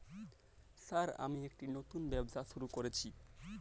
Sir আমি একটি নতুন ব্যবসা শুরু করেছি?